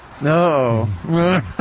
No